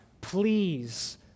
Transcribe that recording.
please